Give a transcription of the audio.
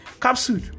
Capsule